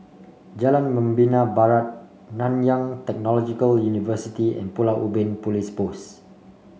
Jalan Membina Barat Nanyang Technological University and Pulau Ubin Police Post